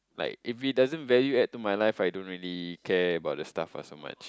like if it doesn't value add to my life I don't really care about the stuff so much